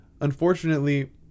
unfortunately